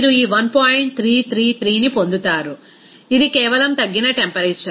333ని పొందుతారు ఇది కేవలం తగ్గిన టెంపరేచర్